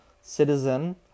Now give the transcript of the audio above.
citizen